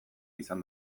izan